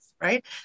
right